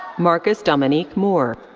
marcus dominique moore.